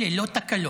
אלה לא תקלות.